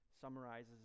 summarizes